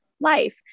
life